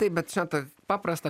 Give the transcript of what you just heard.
taip bet čia tai paprasta